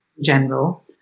general